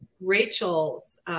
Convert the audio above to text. Rachel's